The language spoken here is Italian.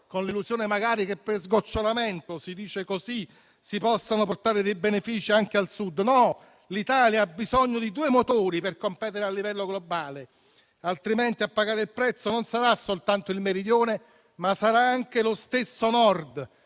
con l'illusione magari che per sgocciolamento - si dice così - si possano portare dei benefici anche al Sud. No, l'Italia ha bisogno di due motori per competere a livello globale, altrimenti a pagare il prezzo non sarà soltanto il Meridione, ma sarà anche lo stesso Nord,